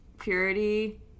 purity